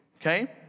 Okay